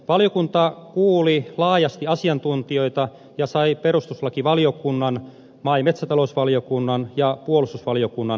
valiokunta kuuli laajasti asiantuntijoita ja sai perustuslakivaliokunnan maa ja metsätalousvaliokunnan ja puolustusvaliokunnan lausunnot